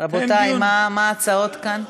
רבותי, מה הן ההצעות כאן?